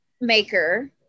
maker